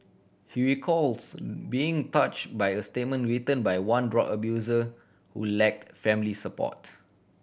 he recalls being touch by a statement written by one drug abuser who lacked family support